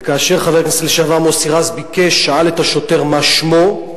וכאשר חבר הכנסת לשעבר מוסי רז ביקש ושאל את השוטר מה שמו,